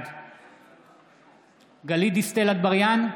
בעד גלית דיסטל אטבריאן,